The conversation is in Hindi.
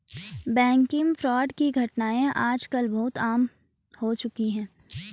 बैंकिग फ्रॉड की घटनाएं आज कल बहुत आम हो चुकी है